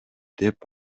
деп